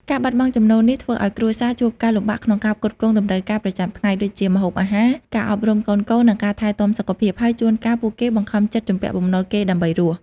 ការបាត់បង់ចំណូលនេះធ្វើឱ្យគ្រួសារជួបការលំបាកក្នុងការផ្គត់ផ្គង់តម្រូវការប្រចាំថ្ងៃ ដូចជាម្ហូបអាហារ ការអប់រំកូនៗ និងការថែទាំសុខភាព ហើយជួនកាលពួកគេបង្ខំចិត្តជំពាក់បំណុលគេដើម្បីរស់។